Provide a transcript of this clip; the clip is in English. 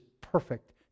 perfect